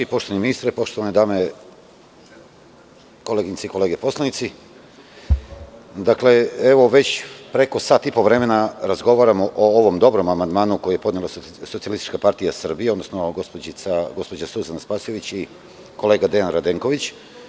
Poštovani ministre, poštovane koleginice i kolege poslanici, već preko sat i po vremena razgovaramo o ovom dobrom amandmanu koji je podnela SPS, odnosno gospođa Suzana Spasojević i kolega Dejan Radenković.